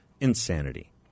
insanity